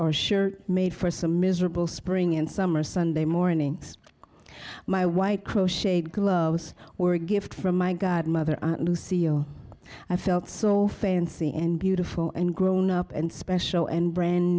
sure made for some miserable spring and summer sunday mornings my white crochet gloves or a gift from my godmother lucio i felt so fancy and beautiful and grown up and special and brand